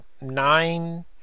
nine